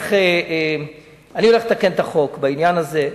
הולך לתקן את החוק בעניין הזה.